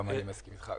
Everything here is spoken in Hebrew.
גם אני מסכים אתך.